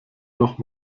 noch